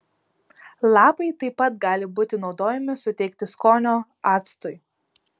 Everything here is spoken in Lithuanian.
lapai taip pat gali būti naudojami suteikti skonio actui